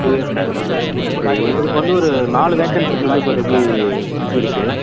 two years ஆகுதா சரி எங்களுக்கு வந்து ஒரு நாலு வேக்கன்ஸிஸ் வந்து இப்போதைக்கி இருக்குது